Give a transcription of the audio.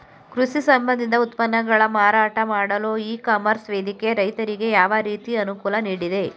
ಕೃಷಿ ಸಂಬಂಧಿತ ಉತ್ಪನ್ನಗಳ ಮಾರಾಟ ಮಾಡಲು ಇ ಕಾಮರ್ಸ್ ವೇದಿಕೆ ರೈತರಿಗೆ ಯಾವ ರೀತಿ ಅನುಕೂಲ ನೀಡಿದೆ?